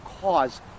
cause